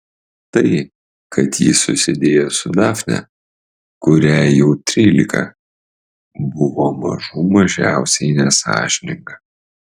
tai kad ji susidėjo su dafne kuriai jau trylika buvo mažų mažiausiai nesąžininga